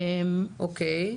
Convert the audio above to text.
אוקיי.